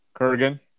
Kurgan